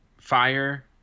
fire